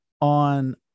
on